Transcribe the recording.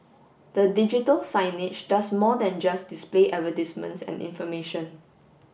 the digital signage does more than just display advertisements and information